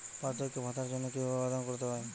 বার্ধক্য ভাতার জন্য কিভাবে আবেদন করতে হয়?